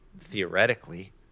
theoretically